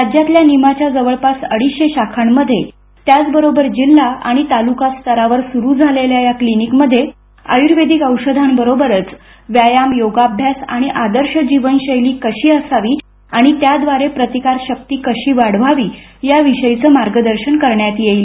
राज्यातल्या निमाच्या जवळपास अडीचशे शाखांमध्ये त्याचबरोबर जिल्हा आणि तालुका स्तरावर सुरू झालेल्या या क्लिनिकमध्ये आयूर्वेदिक औषधांबरोबरच व्यायाम योगाअभ्यास आणि आदर्श जीवनशैली कशी असावी आणि त्याद्वारे प्रतिकारशक्ती कशी वाढवावी याविषयीचं मार्गदर्शन करण्यात येईल